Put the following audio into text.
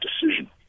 decision